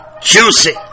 juicy